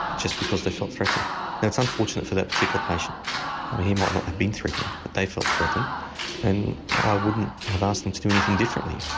just because they felt threatened. now it's unfortunate for that particular patient, i mean he might not have been threatening but they felt threatened and i wouldn't have asked them to do anything differently.